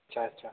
अच्छा अच्छा